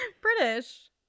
British